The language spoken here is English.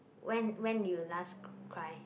when when you last cry